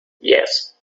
yes